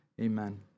amen